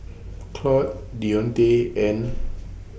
Claudette Deonte and